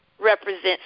represents